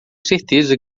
certeza